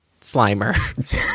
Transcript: Slimer